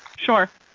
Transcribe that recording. sure.